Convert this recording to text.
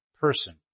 person